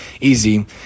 easy